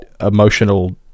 emotional